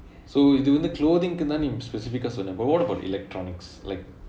so இது வந்து:ithu vanthu clothing குதான் நீ:kuthaan nee specific ah சொன்னே:sonnae but what about electronics like